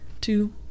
two